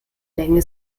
länge